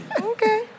Okay